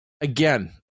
Again